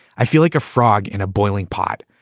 i feel like a frog in a boiling pot.